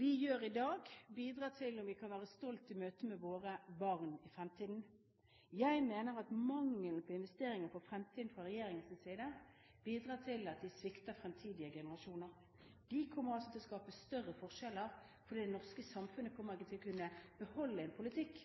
vi gjør i dag, bidrar til om vi kan være stolte i møte med våre barn i fremtiden. Jeg mener at mangelen på investeringer for fremtiden fra regjeringens side bidrar til at vi svikter fremtidige generasjoner. Det kommer til å skape større forskjeller fordi det norske samfunnet ikke kommer til å kunne beholde en politikk